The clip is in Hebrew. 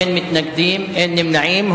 מתנגדים, אין נמנעים.